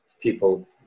people